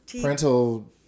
parental